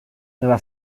nueva